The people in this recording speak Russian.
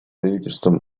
правительством